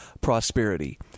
Prosperity